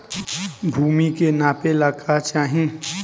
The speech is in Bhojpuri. भूमि के नापेला का चाही?